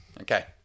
Okay